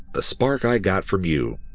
the spark i got from you.